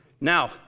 Now